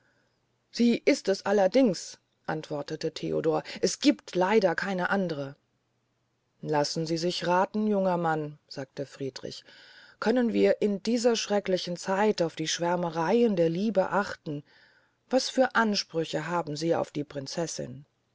sie ist es allerdings antwortete theodor es giebt leider keine andre lassen sie sich rathen junger mann sagte friedrich können wir in dieser schrecklichen zeit auf die schwärmereyen der liebe achten was für ansprüche haben sie auf die prinzessin